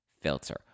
filter